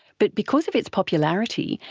but because of its popularity,